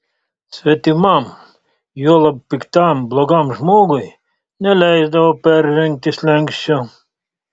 svetimam juolab piktam blogam žmogui neleisdavo peržengti slenksčio